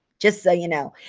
just so you know.